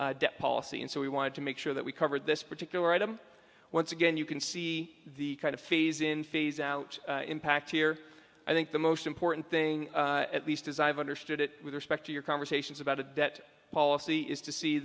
policy and so we wanted to make sure that we covered this particular item once again you can see the kind of phase in phase out impact here i think the most important thing at least as i've understood it with respect to your conversations about the debt policy is to see